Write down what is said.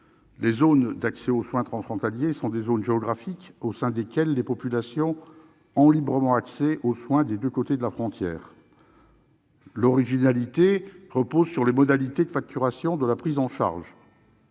organisée d'accès aux soins transfrontaliers, une ZOAST. Les ZOAST sont des zones géographiques au sein desquelles les populations ont librement accès aux soins des deux côtés de la frontière. L'originalité de cette ZOAST repose sur les modalités de facturation de la prise en charge.